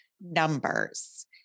numbers